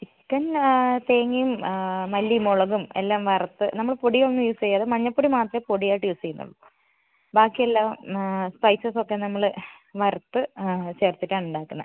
chicken തേങ്ങയും മല്ലി മുളകും എല്ലാം വറുത്ത് നമ്മൾ പൊടിയൊന്നും യൂസ് ചെയ്യാതെ മഞ്ഞ പൊടി മാത്രമെ പൊടിയായിട്ട് യൂസ് ചെയ്യുന്നുള്ളു ബാക്കി എല്ലാം സ്പൈസസ് ഒക്കെ നമ്മൾ വറുത്ത് ചേർത്തിട്ടാണ് ഉണ്ടാക്കുന്നത്